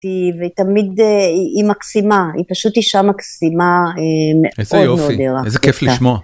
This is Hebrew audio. ותמיד היא מקסימה, היא פשוט אישה מקסימה איזה יופי מאוד מאוד נעימה איזה כיף לשמוע